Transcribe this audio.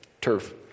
turf